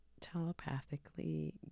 telepathically